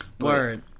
Word